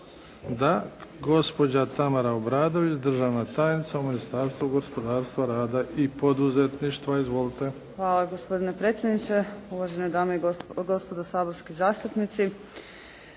Da. Gospođa Tamara Obradović, državna tajnica u Ministarstvu gospodarstva, rada i poduzetništva. Izvolite. **Obradović Mazal, Tamara** Hvala. Gospodine predsjedniče, dame i gospodo saborski zastupnici.